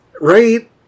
Right